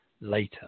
later